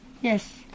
Yes